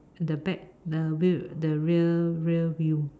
the back the rear the rear rear view